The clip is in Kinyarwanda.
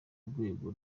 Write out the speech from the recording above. rwego